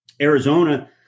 Arizona